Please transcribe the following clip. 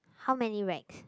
how many racks